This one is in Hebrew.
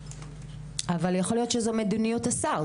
אבל יכול להיות שזו מדיניות השר.